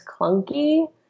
clunky